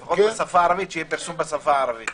שיהיה פרסום בשפה הערבית.